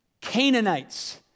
Canaanites